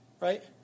Right